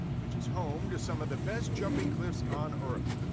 which is home to some of the best jumping cliffs on earth.